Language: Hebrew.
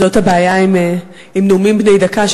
זאת הבעיה עם נאומים בני דקה,